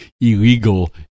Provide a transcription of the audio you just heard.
illegal